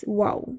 wow